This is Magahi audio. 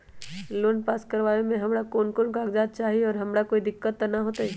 लोन पास करवावे में हमरा कौन कौन कागजात चाही और हमरा कोई दिक्कत त ना होतई?